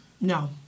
No